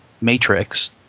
matrix